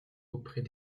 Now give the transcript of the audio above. auprès